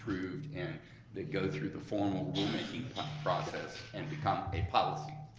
approved, and they go through the formal rule-making process and become a policy.